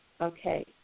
Okay